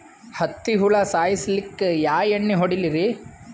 ಹತ್ತಿ ಹುಳ ಸಾಯ್ಸಲ್ಲಿಕ್ಕಿ ಯಾ ಎಣ್ಣಿ ಹೊಡಿಲಿರಿ?